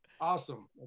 awesome